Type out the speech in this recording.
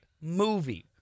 movie